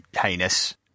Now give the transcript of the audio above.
heinous